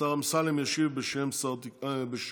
השר אמסלם ישיב בשם יש